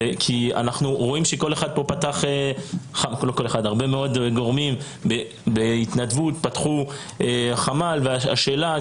אנחנו רואים שהרבה מאוד גורמים פתחו בהתנדבות חמ"ל והשאלה היא,